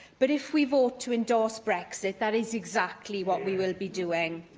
but if we vote to endorse brexit, that is exactly what we will be doing.